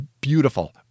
beautiful